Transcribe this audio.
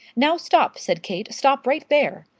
now stop, said kate. stop right there!